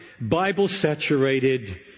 Bible-saturated